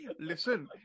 listen